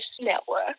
network